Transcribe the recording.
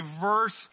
verse